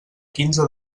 quinze